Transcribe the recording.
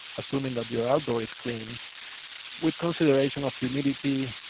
assuming that your outdoor is clean with consideration of humidity,